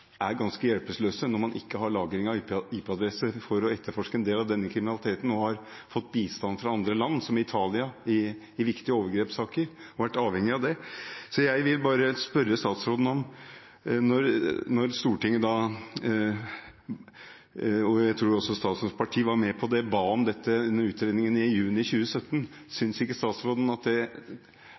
lagring av IP-adresser for å etterforske en del av denne kriminaliteten, og har vært avhengig av å få bistand fra andre land, som Italia, i viktige overgrepssaker. Så jeg vil bare spørre statsråden om: Når Stortinget, og jeg tror også statsrådens parti var med på det, ba om denne utredningen i juni 2017 – det er to år siden – synes ikke statsråden det